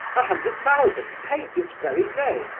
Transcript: a hundred thousand! paid this very day.